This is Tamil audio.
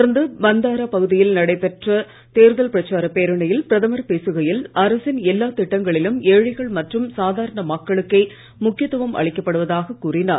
தொடர்ந்து பந்தாரா பகுதியில் நடைபெற்ற தேர்தல் பிரச்சாரப் பேரணியில் பிரதமர் பேசுகையில் அரசின் எல்லா திட்டங்களிலும் ஏழைகள் மற்றும் சாதாரண மக்களுக்கே முக்கியத்துவம் அளிக்கப்படுவதாக கூறினார்